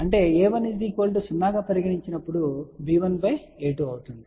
అంటే a1 0 గా పరిగణించినప్పుడు b1a2 అవుతుంది